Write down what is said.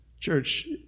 church